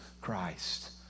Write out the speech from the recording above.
Christ